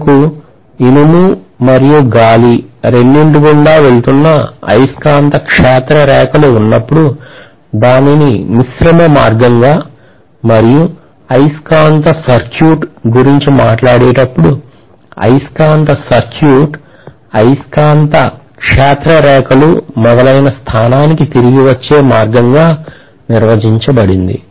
మనకు ఇనుము మరియు గాలి రెండింటి గుండా వెళుతున్న అయస్కాంత క్షేత్ర రేఖలు ఉన్నప్పుడు దానిని మిశ్రమ మార్గంగా మరియు అయస్కాంత సర్క్యూట్ గురించి మాట్లాడేటప్పుడు అయస్కాంత సర్క్యూట్ అయస్కాంత క్షేత్ర రేఖలు మొదలైన స్థానానికి తిరిగివచ్చే మార్గంగా నిర్వచించబడింది